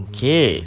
Okay